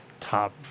Top